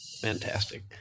Fantastic